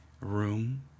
room